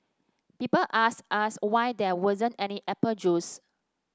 people asked us why there wasn't any apple juice